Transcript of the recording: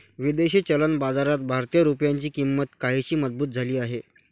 विदेशी चलन बाजारात भारतीय रुपयाची किंमत काहीशी मजबूत झाली आहे